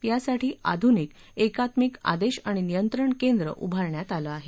यासाठी आधुनिक एकात्मिक आदेश आणि नियंत्रण केंद्र उभारण्यात आलं आहे